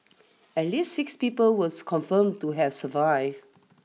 at least six people was confirmed to have survived